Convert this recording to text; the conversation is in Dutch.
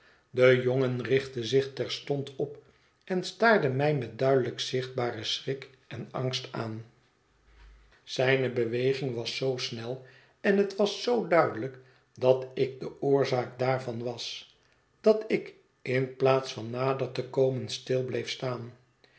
de jongen richtte zich terstond op en staarde mij met duidelijk zichtbaren schrik en angst aan zijne beweging was zoo snel en het was zoo duidelijk dat ik de oorzaak daarvan was dat ik in plaats van nader te komen stil bleef staan